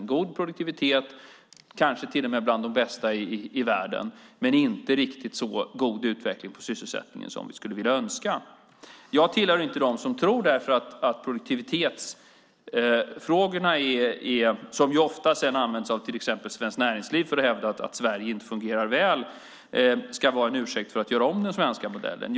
Vi har en god produktivitet, kanske till och med bland de bästa i världen, men inte riktigt så god utveckling på sysselsättningen som vi skulle önska. Jag tillhör inte dem som tycker att produktivitetsfrågorna, som ofta används av till exempel Svenskt Näringsliv för att hävda att Sverige inte fungerar väl, ska vara en ursäkt för att göra om den svenska modellen.